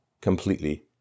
completely